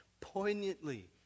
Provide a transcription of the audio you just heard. poignantly